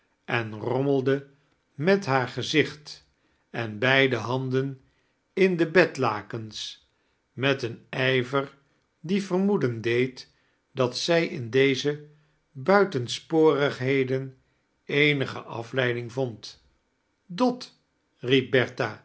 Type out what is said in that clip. en rommelde met haar gezjcht en beide handen in de bedlakens met een ijver die vermoedein deed dat zij in deze buitensporigheden eenige afleiding vond dot